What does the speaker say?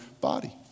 body